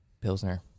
Pilsner